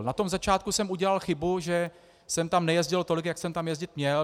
Na tom začátku jsem udělal chybu, že jsem tam nejezdil tolik, jak jsem tam jezdit měl.